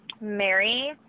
Mary